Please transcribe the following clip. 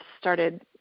started